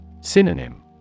Synonym